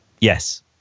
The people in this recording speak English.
Yes